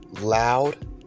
loud